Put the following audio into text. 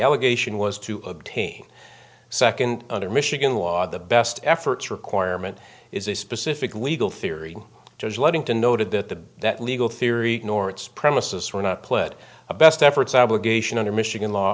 allegation was to obtain second under michigan law the best efforts requirement is a specific legal theory as letting to noted that the that legal theory nor its premises were not put a best efforts obligation under michigan law